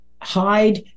hide